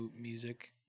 music